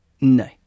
No